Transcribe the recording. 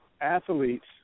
athletes